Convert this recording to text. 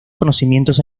conocimientos